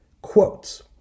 Quotes